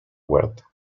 huerta